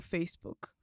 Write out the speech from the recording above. Facebook